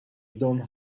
don